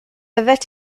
byddet